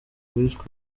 uwitwa